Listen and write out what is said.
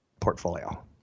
portfolio